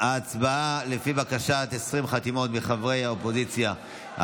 לפי בקשת 20 חתימות מחברי האופוזיציה,